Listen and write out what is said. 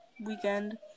weekend